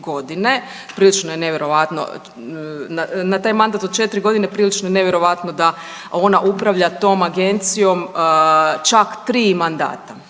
na taj mandat od 4 godine prilično je nevjerojatno da ona upravlja tom agencijom čak 3 mandata.